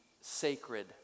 sacred